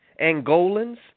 Angolans